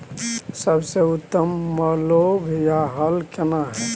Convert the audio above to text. सबसे उत्तम पलौघ या हल केना हय?